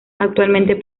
actualmente